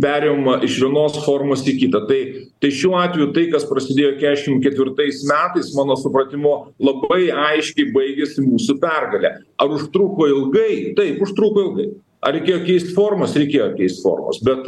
perima iš vienos formos į kitą tai tai šiuo atveju tai kas prasidėjo kesšim ketvirtais metais mano supratimu labai aiškiai baigėsi mūsų pergale ar užtruko ilgai taip užtruko ilgai ar reikėjo keist formas reikėjo keist formas bet